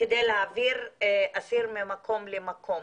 כדי להעביר אסיר ממקום למקום,